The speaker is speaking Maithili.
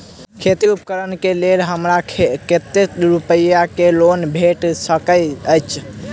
खेती उपकरण केँ लेल हमरा कतेक रूपया केँ लोन भेटि सकैत अछि?